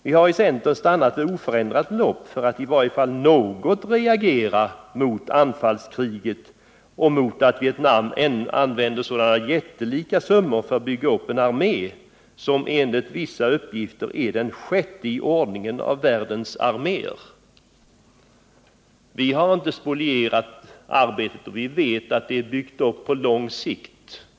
Centern har stannat vid oförändrat belopp för att i varje fall något reagera mot anfallskriget och mot att Vietnam använder sådana jättelika summor för att bygga upp en armé, som enligt vissa uppgifter är den sjätte i ordningen av världens arméer. Vi har inte spolierat arbetet, och vi vet att det är uppbyggt för att verka på lång sikt.